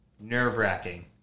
nerve-wracking